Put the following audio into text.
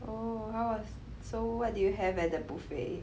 oh how was so what did you have at the buffet